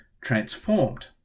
transformed